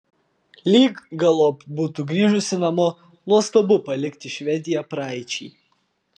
lyg galop būtų grįžusi namo nuostabu palikti švediją praeičiai